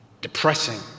depressing